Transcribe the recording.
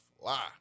fly